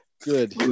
Good